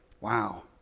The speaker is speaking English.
Wow